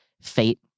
fate